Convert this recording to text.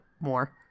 more